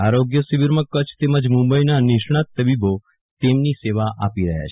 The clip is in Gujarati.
આ આરોગ્ય શિબિરમાં કચ્છ તેમજ મુંબઈના નિષ્ણાંત તબીબો તેમની સેવા આપી રહ્યા છે